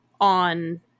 on